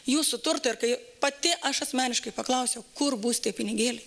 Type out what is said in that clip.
jūsų turtą ar kai pati aš asmeniškai paklausiau kur bus tie pinigėliai